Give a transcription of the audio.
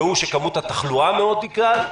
והוא שכמות התחלואה מאוד תגדל,